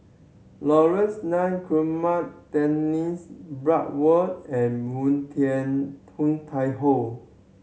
Laurence Nunn Guillemard Dennis Bloodworth and Moon Tian Hoon Tai Ho